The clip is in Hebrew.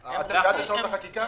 אי אפשר לשנות את החקיקה?